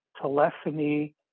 telephony